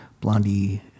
Blondie